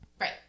right